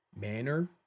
manner